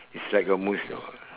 it's like a moust~ uh